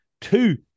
Two